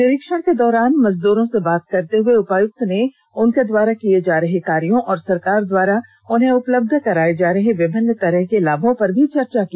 निरीक्षण के दौरान मजदूरों से बात करते हुए उपायुक्त ने उनके द्वारा किए जा रहे कार्यों और सरकार द्वारा उन्हें उपलब्ध कराए जा रहे विभिन्न तरह के लाभों पर भी चर्चा की